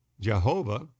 Jehovah